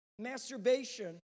masturbation